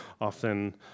often